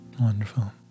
Wonderful